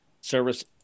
service